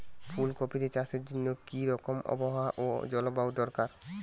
ফুল কপিতে চাষের জন্য কি রকম আবহাওয়া ও জলবায়ু দরকার?